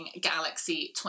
Galaxy